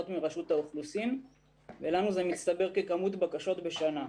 מרשות האוכלוסין ולנו זה מצטבר ככמות בקשות בשנה.